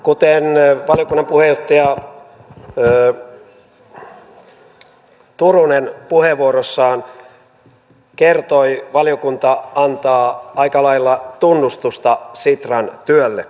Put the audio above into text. kuten valiokunnan puheenjohtaja turunen puheenvuorossaan kertoi valiokunta antaa aika lailla tunnustusta sitran työlle